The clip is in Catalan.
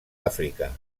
àfrica